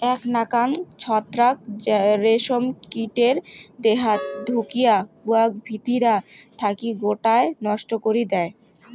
এ্যাক নাকান ছত্রাক রেশম কীটের দেহাত ঢুকিয়া উয়াক ভিতিরা থাকি গোটায় নষ্ট করি দ্যায়